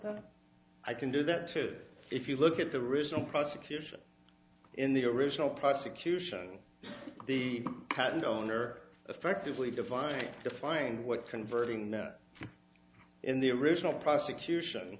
that i can do that too if you look at the original prosecution in the original prosecution the patent owner effectively defining defining what converting net in the original prosecution